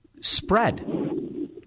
spread